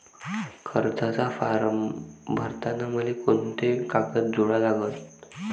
कर्जाचा फारम भरताना मले कोंते कागद जोडा लागन?